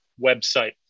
website